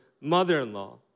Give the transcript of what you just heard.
mother-in-law